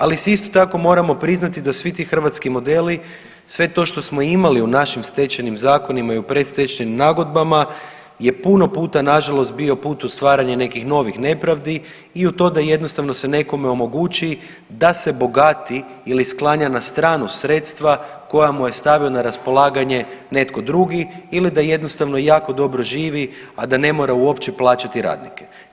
Ali si isto tako moramo priznati da svi ti hrvatski modeli, sve to što smo imali u našim stečajnim zakonima i predstečajnim nagodbama je puno puta na žalost bio put u stvaranje nekih novih nepravdi i u to da jednostavno se nekome omogući da se bogati ili sklanja na stranu sredstva koja mu je stavio na raspolaganje netko drugi ili da jednostavno jako dobro živi, a da ne mora uopće plaćati radnike.